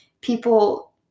people